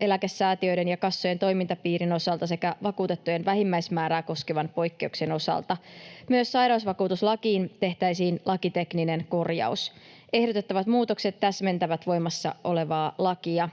lisäeläkesäätiöiden ja -kassojen toimintapiirin osalta sekä vakuutettujen vähimmäismäärää koskevan poikkeuksen osalta. Myös sairausvakuutuslakiin tehtäisiin lakitekninen korjaus. Ehdotettavat muutokset täsmentävät voimassa olevaa lakia,